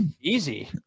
easy